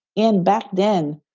and back then,